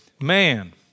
man